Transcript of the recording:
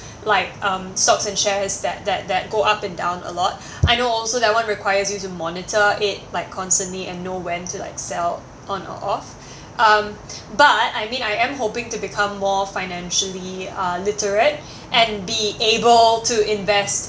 like um stocks and shares that that that go up and down a lot I know also that one requires you to monitor it like constantly and know when to like sell on or off um but I mean I am hoping to become more financially uh literate and be able to invest